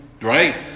right